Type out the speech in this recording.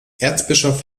erzbischof